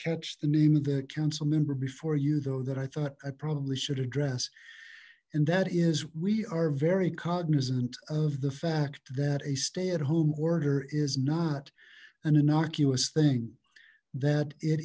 catch the name of the council member before you though that i i probably should address and that is we are very cognizant of the fact that a stay at home order is not an innocuous thing that it